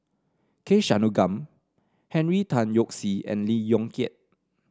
K Shanmugam Henry Tan Yoke See and Lee Yong Kiat